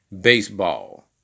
baseball